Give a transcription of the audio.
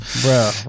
bro